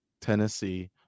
Tennessee